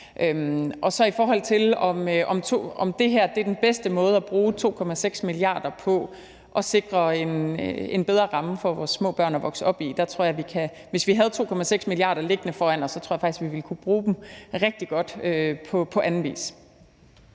I forhold til om det her er den bedste måde at bruge 2,6 mia. kr. på at sikre en bedre ramme for vores små børn at vokse op i, tror jeg faktisk, altså hvis vi havde 2,6 mia. kr. liggende foran os, at vi ville kunne bruge dem rigtig godt på anden vis.